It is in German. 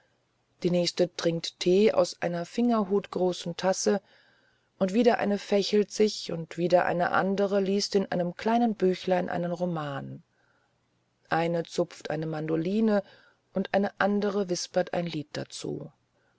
die nächste trinkt tee aus einer fingerhutgroßen tasse und wieder eine fächelt sich und wieder eine andere liest in einem kleinen büchlein einen roman eine zupft eine mandoline und eine andere wispert ein lied dazu